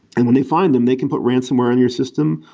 and when they find them, they can put ransomware on your system,